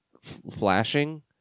flashing